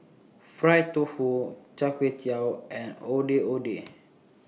Fried Tofu Char Kway Teow and Ondeh Ondeh